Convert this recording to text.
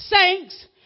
saints